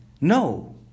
No